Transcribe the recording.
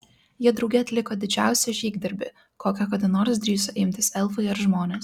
jie drauge atliko didžiausią žygdarbį kokio kada nors drįso imtis elfai ar žmonės